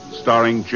starring